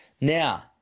Now